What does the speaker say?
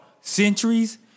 centuries